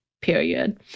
period